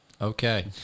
Okay